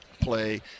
play